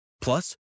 Plus